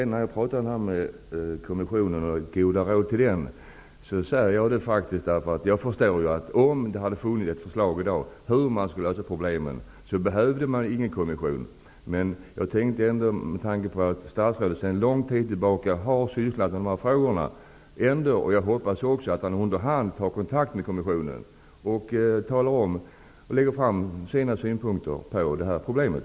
När det gäller kommissionen och goda råd till den förstår jag ju att om det i dag hade funnits förslag om hur man skall lösa problemen, behövdes det ingen kommission. Men med tanke på att statsrådet sedan lång tid tillbaka har sysslat med dessa frågor hoppas jag att han under hand tar kontakt med kommissionen och lägger fram sina synpunkter på problemet.